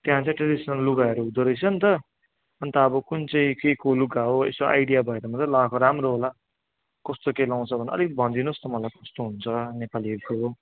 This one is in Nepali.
त्यहाँ चाहिँ ट्रेडिसनल लुगाहरू हुँदोरहेछ नि त अन्त अब कुन चाहिँ केको लुगा हो यसो आइडिया भएर मात्रै लगाएको राम्रो होला कस्तो के लाउँछ भनेर अलिक भनिदिनोस् न मलाई कस्तो हुन्छ नेपालीहरूको